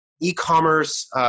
e-commerce